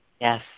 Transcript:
Yes